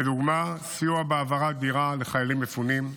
לדוגמה, סיוע בהעברת דירה לחיילים מפונים,